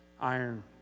iron